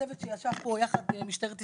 הצוות שישב פה יחד עם משטרת ישראל,